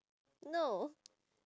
no